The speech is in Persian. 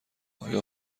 آیا